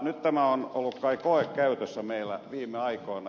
nyt tämä on ollut kai koekäytössä meillä viime aikoina